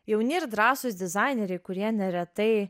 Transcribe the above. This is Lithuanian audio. jauni ir drąsūs dizaineriai kurie neretai